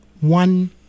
one